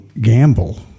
gamble